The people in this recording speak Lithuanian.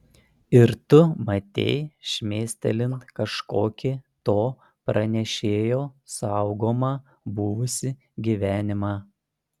ir tu matei šmėstelint kažkokį to pranešėjo saugomą buvusį gyvenimą